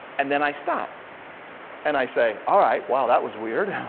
and then i stop and i say, alright, well that was weird.